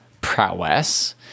prowess